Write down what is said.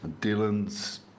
Dylan's